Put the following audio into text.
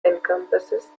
encompasses